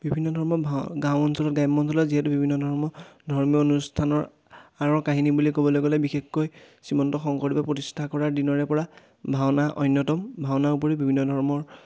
বিভিন্ন ধৰ্ম গাঁও অঞ্চলত গ্ৰাম্য অঞ্চলত যিহেতু বিভিন্ন ধৰ্ম ধৰ্মীয় অনুষ্ঠানৰ আঁৰ কাহিনী বুলি ক'বলৈ গ'লে বিশেষকৈ শ্ৰীমন্ত শংকৰ প্ৰতিষ্ঠা কৰাৰ দিনৰে পৰা ভাওনা অন্যতম ভাওনা উপৰিও বিভিন্ন ধৰ্মৰ